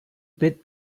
bit